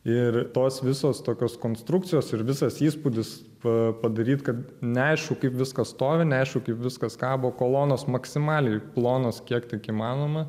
ir tos visos tokios konstrukcijos ir visas įspūdis pa padaryt kad neaišku kaip viskas stovi neaišku kaip viskas kabo kolonos maksimaliai plonos kiek tik įmanoma